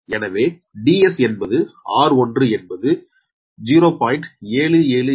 எனவே DS என்பது r1 என்பது 0